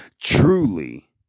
truly